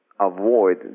avoid